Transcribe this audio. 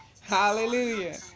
hallelujah